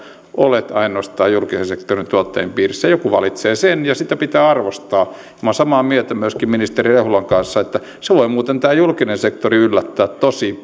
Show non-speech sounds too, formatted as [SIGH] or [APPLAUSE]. olet ainoastaan julkisen sektorin tuottajien piirissä joku valitsee sen ja sitä pitää arvostaa minä olen samaa mieltä myöskin ministeri rehulan kanssa että tämä julkinen sektori voi muuten yllättää tosi [UNINTELLIGIBLE]